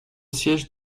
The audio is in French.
siège